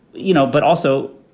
you know. but also,